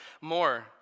more